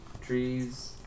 trees